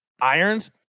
irons